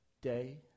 day